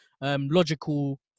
logical